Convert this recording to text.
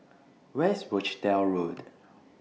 Where IS Rochdale Road